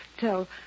tell